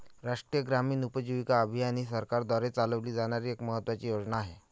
राष्ट्रीय ग्रामीण उपजीविका अभियान ही सरकारद्वारे चालवली जाणारी एक महत्त्वाची योजना आहे